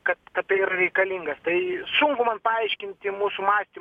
kad kad tai yra reikalinga tai sunku man paaiškinti mūsų matymu